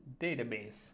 database